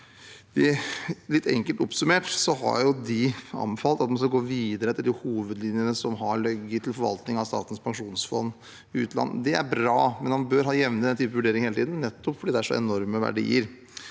Litt enkelt oppsummert har de anbefalt at en skal gå videre etter de hovedlinjene som har ligget til forvaltningen av Statens pensjonsfond utland. Det er bra, men man bør hele tiden ha dette til jevnlig vurdering, nettopp fordi det er så enorme verdier.